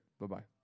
Bye-bye